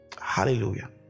hallelujah